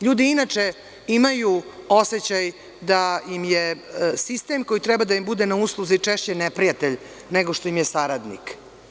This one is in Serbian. Ljudi inače imaju osećaj da im je sistem koji treba da im bude na usluzi češće neprijatelj, nego što im je saradnik.